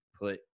put